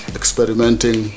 experimenting